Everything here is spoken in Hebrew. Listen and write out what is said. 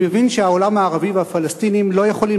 אני מבין שהעולם הערבי והפלסטינים לא יכולים